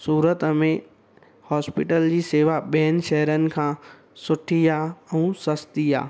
सूरत में हॉस्पिटल जी सेवा ॿियनि शहरनि खां सुठी आहे ऐं सस्ती आहे